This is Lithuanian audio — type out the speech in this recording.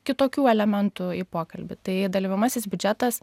kitokių elementų į pokalbį tai dalyvaujamasis biudžetas